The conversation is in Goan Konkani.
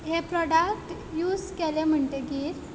हे प्रोडक्ट यूज केले म्हणटगीर